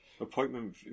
Appointment